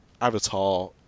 Avatar